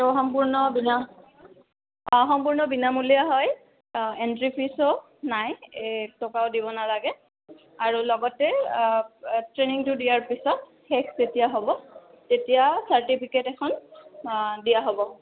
আৰু সম্পূৰ্ণ বিনা অঁ সম্পূৰ্ণ বিনামূলীয়া হয় এণ্ট্ৰি ফিজো নাই এক টকাও দিব নালাগে আৰু লগতে ট্ৰেইনিংটো দিয়াৰ পিছত শেষ যেতিয়া হ'ব তেতিয়া চাৰ্টিফিকেট এখন দিয়া হ'ব